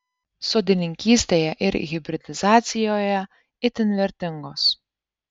sodininkystėje ir hibridizacijoje itin vertingos